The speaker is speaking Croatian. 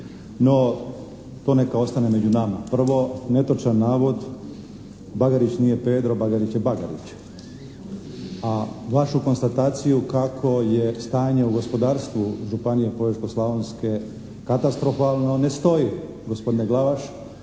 No, to neka ostane među nama. Prvo, netočan navod, Bagarić nije Pedro, Bagarić je Bagarić. A vašu konstataciju kako je stanje u gospodarstvu županije Požeško-slavonske katastrofalno ne stoji gospodine Glavaš.